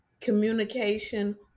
communication